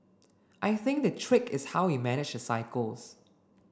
I think the trick is how we manage the cycles